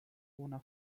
una